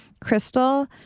crystal